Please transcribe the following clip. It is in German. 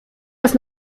das